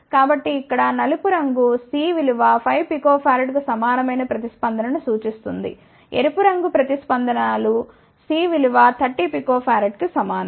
కాబట్టి ఇక్కడ నలుపు రంగు C విలువ 5 pFకు సమానమైన ప్రతిస్పందనను సూచిస్తుంది ఎరుపు రంగు ప్రతిస్పందన లు C విలువ 30 pFకు సమానం